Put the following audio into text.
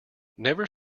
never